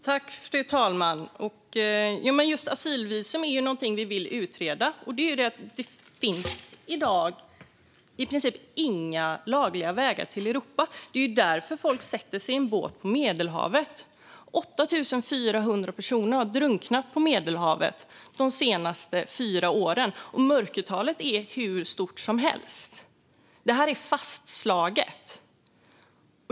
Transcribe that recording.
Fru talman! Just detta med asylvisum är något som vi vill utreda. Det finns i dag i princip inga lagliga vägar till Europa. Det är därför folk sätter sig i båtar på Medelhavet. Det är 8 400 personer som har drunknat på Medelhavet de senaste fyra åren, och mörkertalet är hur stort som helst. Det är fastslaget.